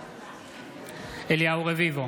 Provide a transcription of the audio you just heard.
נגד אליהו רביבו,